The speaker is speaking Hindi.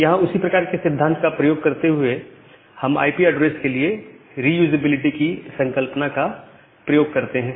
यहां उसी प्रकार के सिद्धांत का प्रयोग करते हुए हम आईपी ऐड्रेस के लिए रीयूजेएबिलिटी की संकल्पना का प्रयोग करते हैं